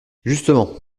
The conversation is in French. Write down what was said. justement